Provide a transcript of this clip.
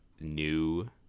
new